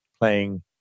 playing